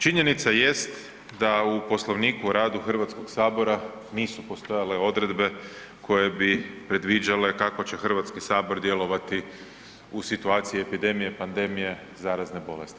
Činjenica jest da u Poslovniku o radu HS-a nisu postojale odredbe koje bi predviđale kako će Hrvatski sabor djelovati u situaciji epidemije, pandemije zarazne bolesti.